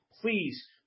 Please